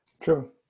True